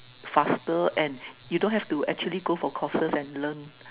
faster and you don't have to actually go for courses and learn